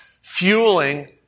fueling